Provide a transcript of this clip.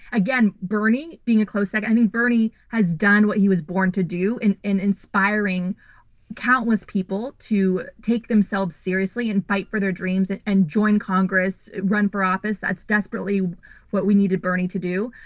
again, bernie being a close second. i mean bernie has done what he was born to do, and and inspiring countless people to take themselves seriously and fight for their dreams and and join congress, run for office. that's desperately what we needed bernie to do.